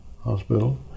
hospital